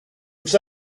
was